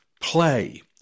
play